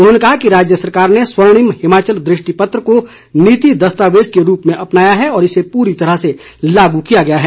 उन्होंने कहा कि राज्य सरकार ने स्वर्णिम हिमाचल दृष्टिपत्र को नीति दस्तावेज के रूप में अपनाया है और इसे पूरी तरह से लागू किया गया है